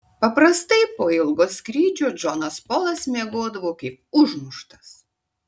paprastai po ilgo skrydžio džonas polas miegodavo kaip užmuštas